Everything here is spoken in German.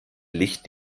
licht